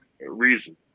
reason